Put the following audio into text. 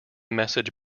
message